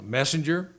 messenger